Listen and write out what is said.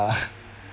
uh